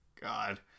god